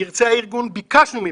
כמו שביקשנו מהארגון,